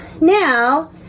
Now